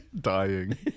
dying